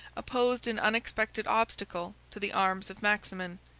opposed an unexpected obstacle to the arms of maximin.